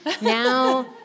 now